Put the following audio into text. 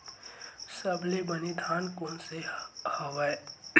सबले बने धान कोन से हवय?